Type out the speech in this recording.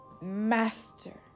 master